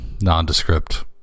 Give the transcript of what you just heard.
nondescript